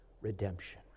redemption